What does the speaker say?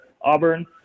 Auburn